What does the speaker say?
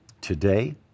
today